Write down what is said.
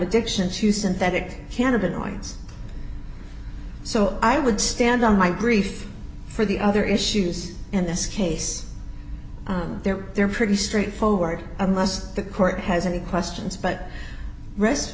addiction to synthetic cannabinoids so i would stand on my grief for the other issues in this case they're they're pretty straightforward unless the court has any questions but r